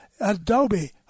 Adobe